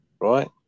right